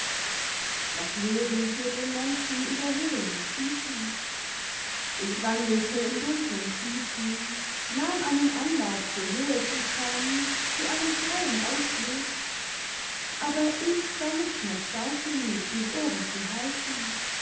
das leben führt den menschen über höhen imd tiefen ich wandelte in dunklen tiefen nahm einen anlauf zur höhe zu kommen zu einem freien ausblick aber ich war nicht mehr stark genug mich oben zu halten